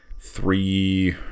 three